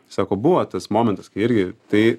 sako buvo tas momentas kai irgi tai